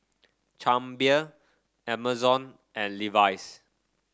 Chang Beer Amazon and Levi's